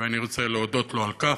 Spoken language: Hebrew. ואני רוצה להודות לו על כך.